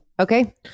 okay